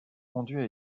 conduit